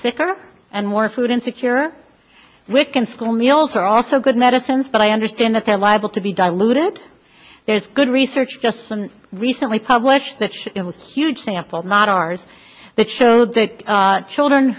sicker and more food insecure wiccan school meals are also good medicines but i understand that they're liable to be diluted there's good research just recently published that show it was a huge sample not ours that showed that children